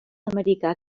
americà